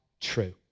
true